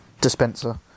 dispenser